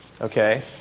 okay